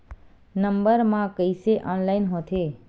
Number मा कइसे online होथे?